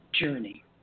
journey